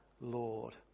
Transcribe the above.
Lord